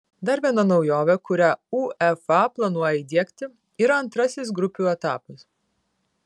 dar viena naujovė kurią uefa planuoja įdiegti yra antrasis grupių etapas